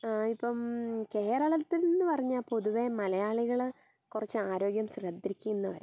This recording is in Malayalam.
ആ ഇപ്പം കേരളത്തിലെന്ന് പറഞ്ഞാൽ പൊതുവേ മലയാളികൾ കുറച്ച് ആരോഗ്യം ശ്രദ്ധിക്കുന്നവരാണ്